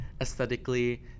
aesthetically